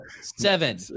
seven